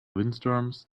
windstorms